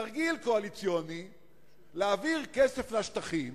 תרגיל קואליציוני להעביר כסף לשטחים